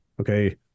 okay